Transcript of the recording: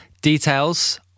details